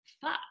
fuck